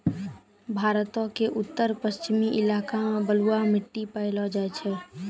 भारतो के उत्तर पश्चिम इलाका मे बलुआ मट्टी पायलो जाय छै